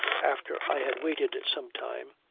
after i had waited some time,